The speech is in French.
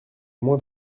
moins